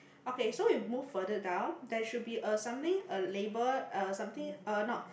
okay so you move further down there should be a something a label a something a not